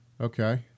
Okay